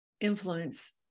influence